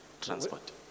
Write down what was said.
transport